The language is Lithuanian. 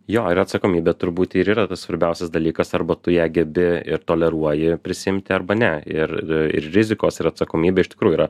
jo ir atsakomybė turbūt ir yra tas svarbiausias dalykas arba tu ją gebi ir toleruoji prisiimti arba ne ir ir rizikos ir atsakomybė iš tikrųjų yra